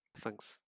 Thanks